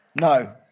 No